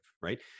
right